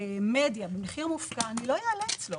מדיה במחיר מופקע אני לא אעלה אצלו